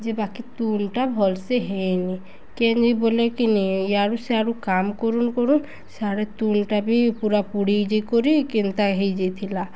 ଯେ ବାକି ତୁନ୍ ଟା ଭଲସେ ହେଇନି କେ ଯେ ବୋଲେ କିନି ୟଆଡ଼ୁ ସିଆଡ଼ୁ କାମ କରୁନ୍ କରୁନ୍ ସଡ଼େ ତୁନ୍ ଟା ବି ପୁରା ପୁଡ଼ି ଯେକରି କେନ୍ତା ହେଇଯାଇଥିଲା